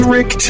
Rick